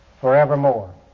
forevermore